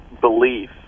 belief